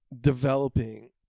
developing